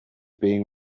being